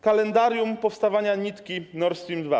Kalendarium powstawania nitki Nord Stream 2.